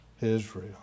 Israel